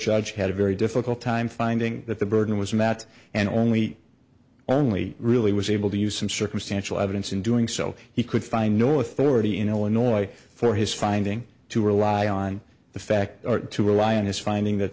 judge had a very difficult time finding that the burden was matt and only only really was able to use some circumstantial evidence in doing so he could find no authority in illinois for his finding to rely on the fact to rely on his finding that